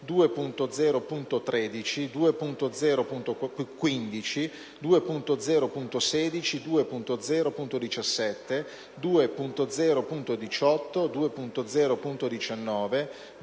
2.0.13, 2.0.15, 2.0.16, 2.0,17, 2.0.18, 2.0.19,